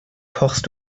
kochst